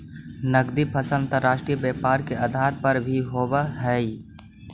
नगदी फसल अंतर्राष्ट्रीय व्यापार के आधार भी होवऽ हइ